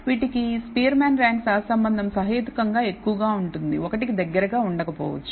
వీటికి Spearman rank సహసంబంధం సహేతుకంగా ఎక్కువగా ఉంటుంది 1 కి దగ్గరగా ఉండకపోవచ్చు